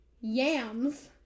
Yams